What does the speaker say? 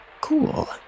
cool